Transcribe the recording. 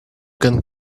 can